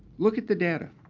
look at the data.